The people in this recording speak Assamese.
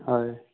হয়